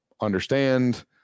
Understand